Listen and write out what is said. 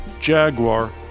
Jaguar